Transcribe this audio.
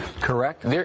correct